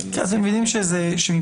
אני חייב לומר שמה